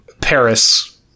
Paris